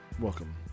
Welcome